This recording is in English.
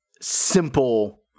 simple –